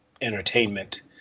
entertainment